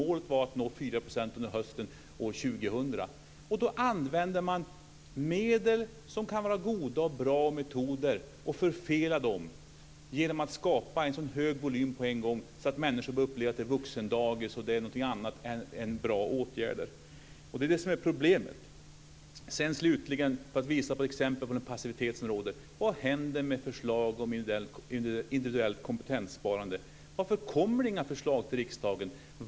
Målet var att man skulle nå 4 % under hösten år 2000. Då använde man medel som kan vara goda och bra och förfelade dem genom att skapa en sådan stor volym på en gång att människor började uppleva det som vuxendagis och någonting annat än bra åtgärder. Det är det som är problemet. Slutligen ska jag visa på ett exempel på den passivitet som råder. Vad händer med förslag om individuellt kompetenssparande? Varför kommer det inga förslag till riksdagen?